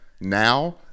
Now